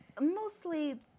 Mostly